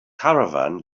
caravan